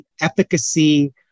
efficacy